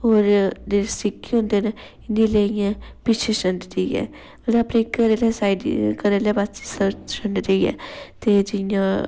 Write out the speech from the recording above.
होर जेह्ड़े सिक्के होंदे न इ'नेंगी लेइयै पिच्छै छंडदी ऐ ओह्दे उप्पर इक साइड घरै आह्ले पास्सै छंडदी ऐ ते जियां